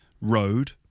road